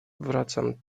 wracam